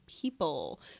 people